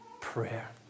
prayer